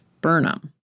Burnham